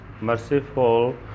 merciful